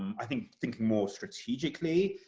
i think, thinking more strategically,